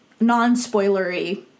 non-spoilery